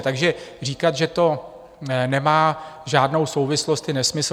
Takže říkat, že to nemá žádnou souvislost, je nesmysl.